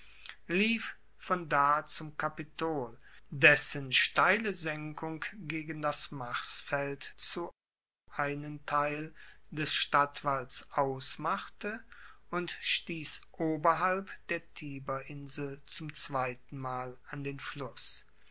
lief von da zum kapitol dessen steile senkung gegen das marsfeld zu einen teil des stadtwalls ausmachte und stiess oberhalb der tiberinsel zum zweitenmal an den fluss